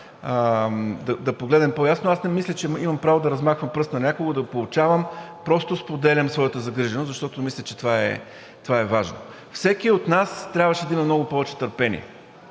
да погледнем по-ясно. Аз не мисля, че имам право да размахвам пръст на някого, да поучавам, просто споделям своята загриженост, защото мисля, че това е важно. Всеки от нас трябваше да има много повече търпение